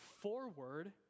forward